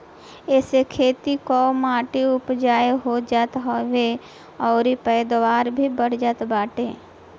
एसे खेत कअ माटी उपजाऊ हो जात हवे अउरी पैदावार भी बढ़ जात बाटे